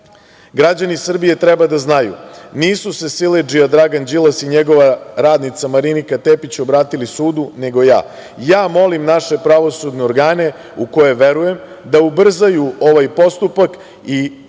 žena. Građani Srbije treba da znaju, nisu se siledžija Dragan Đilas i njegova radnica, Marinika Tepić obratili sudu, nego ja. Ja molim naše pravosudne organe u koje verujem, da ubrzaju ovaj postupak i kažu